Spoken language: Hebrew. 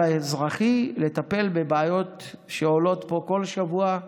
האזרחי לטפל בבעיות שעולות פה כל שבוע,